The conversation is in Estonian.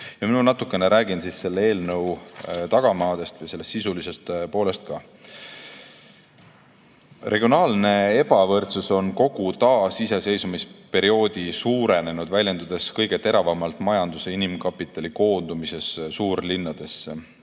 räägin natukene selle eelnõu tagamaadest ja sisulisest poolest ka. Regionaalne ebavõrdsus on kogu taasiseseisvumisperioodi jooksul suurenenud, väljendudes kõige teravamalt majanduse ja inimkapitali koondumises suurlinnadesse.